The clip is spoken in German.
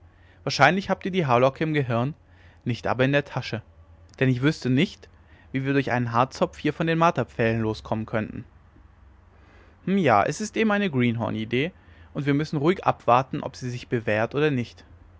wahrscheinlich habt ihr die haarlocke im gehirn nicht aber in der tasche denn ich wüßte nicht wie wir durch einen haarzopf hier von den marterpfählen loskommen könnten hm ja es ist eben eine greenhornidee und wir müssen ruhig abwarten ob sie sich bewährt oder nicht